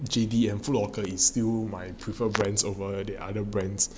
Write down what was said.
J_D and Foot Locker is still my preferred brands over the other brands